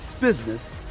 business